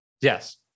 Yes